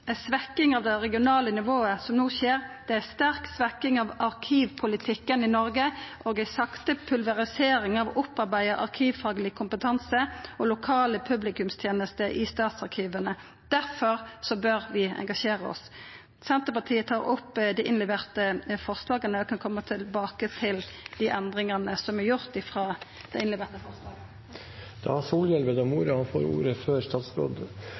ei intern sak. Dette handlar om arkivpolitikk. Ei svekking av det regionale nivået, som no skjer, er ei sterk svekking av arkivpolitikken i Noreg og ei sakte pulverisering av opparbeidd arkivfagleg kompetanse og lokale publikumstenester i statsarkiva. Difor bør vi engasjera oss. Eg tek opp dei innleverte forslaga frå Senterpartiet og kan koma tilbake til dei endringane som er gjorde frå det